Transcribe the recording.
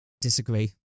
disagree